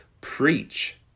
preach